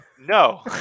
no